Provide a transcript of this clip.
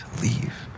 leave